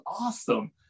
awesome